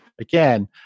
again